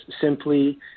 simply